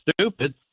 stupid